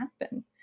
happen